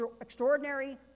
extraordinary